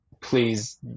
please